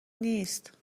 نیست